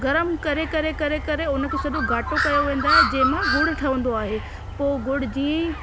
गर्म करे करे करे करे हुनखे सॼो घाटो कयो वेंदो आहे जंहिं मां गुड़ ठहंदो आहे पोइ गुड़ जीअं ई